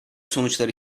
sonuçları